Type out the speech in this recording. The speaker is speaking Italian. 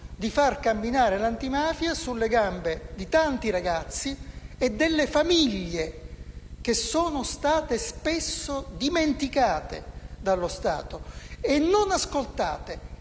di far camminare l'antimafia sulle gambe di tanti ragazzi e delle famiglie che sono state spesso dimenticate dallo Stato, non ascoltate